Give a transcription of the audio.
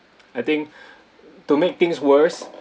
I think to make things worse